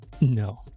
No